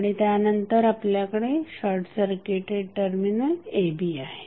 आणि त्यानंतर आपल्याकडे शॉर्टसर्किटेड टर्मिनल a b आहे